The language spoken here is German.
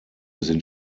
sind